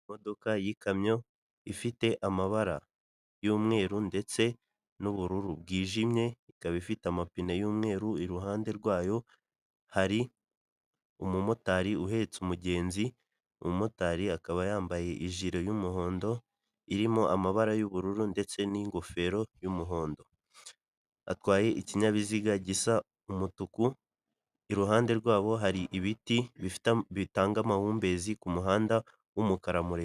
Imodoka y'ikamyo ifite amabara y'umweru ndetse n'ubururu bwijimye, ikaba ifite amapine y'umweru, iruhande rwayo hari umumotari uhetse umugenzi, umumotari akaba yambaye ijire y'umuhondo, irimo amabara y'ubururu ndetse n'ingofero y'umuhondo. Atwaye ikinyabiziga gisa umutuku, iruhande rwabo hari ibiti bitanga amahumbezi k'umuhanda w'umukara